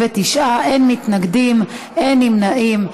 אין מתנגדים, אין נמנעים.